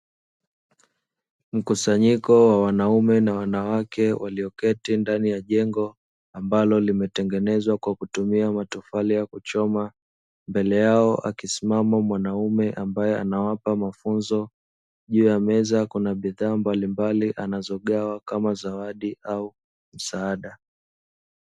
Mkusanyiko wa wanaume na wanawake walioketi ndani ya jengo ambalo limetengenezwa kwa kutumia matofali ya kuchoma mbele yao akisimama mwanaume ambaye anawapa mafunzo juu ya meza kuna bidhaa mbalimbali anazogawa kama zawadi au msaada.